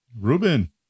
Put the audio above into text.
Ruben